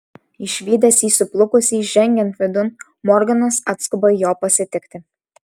išvydęs jį suplukusį žengiant vidun morganas atskuba jo pasitikti